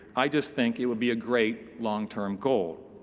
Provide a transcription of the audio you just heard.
i just think it would be a great long-term goal.